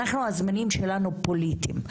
אנחנו הזמנים שלנו פוליטיים,